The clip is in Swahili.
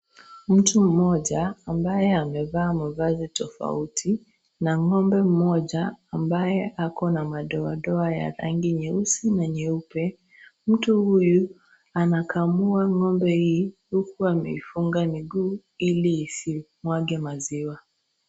Mtu mmoja, ambaye amevaa mavazi tofauti na ng'ombe mmoja, ambaye ako na madoadoa ya rangi nyeusi na nyeupe. Mtu huyu, anakamua ng'ombe hii, huku amefuinga miguu ili isimwage maziwa.